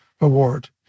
award